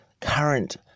current